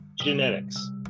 genetics